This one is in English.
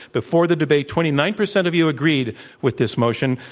before the debate twenty nine percent of you agreed with this motion,